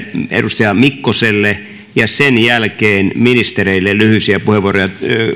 edustaja mikkoselle ja sen jälkeen ministereille lyhyitä puheenvuoroja